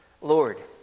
Lord